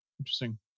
Interesting